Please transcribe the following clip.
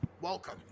Welcome